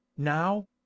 now